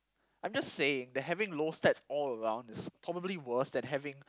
I'm just saying that having low stats all around is probably worse than having